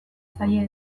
zaie